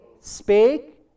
Spake